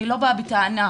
אני לא באה בטענה,